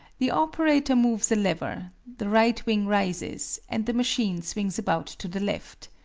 the operator moves a lever the right wing rises, and the machine swings about to the left.